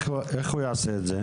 תסבירי איך הוא יעשה את זה.